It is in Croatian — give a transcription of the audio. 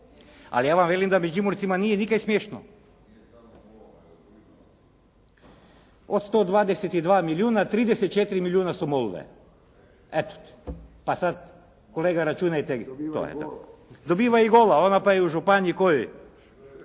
Ali ja vam velim da Međimurcima nije nikaj smiješno. Od 122 milijuna 34 milijuna su "Molve". Eto, pa sada kolega računajte. … /Upadica se ne razumije./